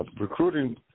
Recruiting